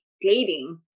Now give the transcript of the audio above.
dating